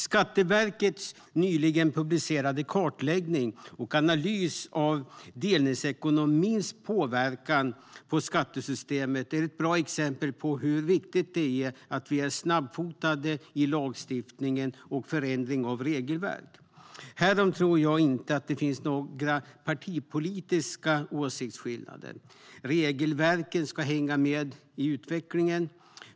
Skatteverkets nyligen publicerade kartläggning och analys av delningsekonomins påverkan på skattesystemet är ett bra exempel på hur viktigt det är att vi är snabbfotade i lagstiftning och förändring av regelverk. Härom tror jag inte att det finns några partipolitiska åsiktsskillnader. Regelverken ska hänga med i utvecklingen.